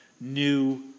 new